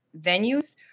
venues